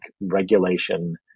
regulation